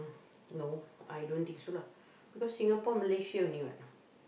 no I don't think so lah because Singapore Malaysia only what